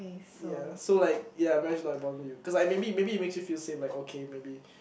ya so like ya marriage is not important to you cause like maybe maybe it makes you feel safe like okay maybe